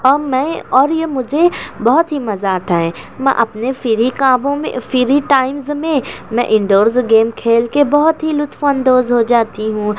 اور میں اور یہ مجھے بہت ہی مزہ آتا ہے میں اپنے فری کاموں میں فری ٹائمس میں میں انڈورس گیم کھیل کے بہت ہی لطف اندوز ہو جاتی ہوں